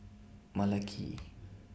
Malaki